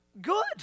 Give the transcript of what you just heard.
good